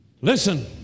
Listen